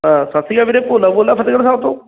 ਸਤਿ ਸ਼੍ਰੀ ਅਕਾਲ ਵੀਰੇ ਭੋਲਾ ਬੋਲਦਾ ਫਤਿਹਗੜ੍ਹ ਸਾਹਿਬ ਤੋਂ